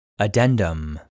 Addendum